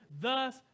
thus